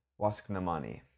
Wasknamani